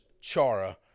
Chara